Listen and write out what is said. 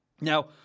Now